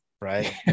right